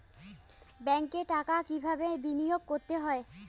ব্যাংকে টাকা কিভাবে বিনোয়োগ করতে হয়?